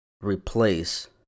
replace